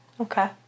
Okay